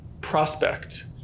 prospect